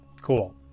Cool